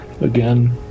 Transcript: again